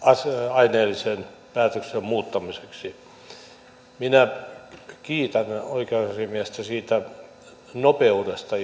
aineellisen päätöksen muuttamiseksi minä kiitän oikeusasiamiestä siitä nopeudesta